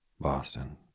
Boston